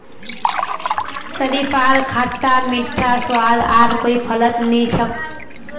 शरीफार खट्टा मीठा स्वाद आर कोई फलत नी छोक